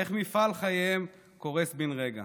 איך מפעל חייהם קורס בן רגע.